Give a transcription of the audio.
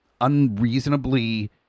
unreasonably